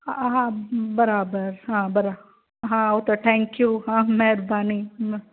हा हा बराबरि हा बराबरि हा उहो त थैंक्यू हा महिरबानी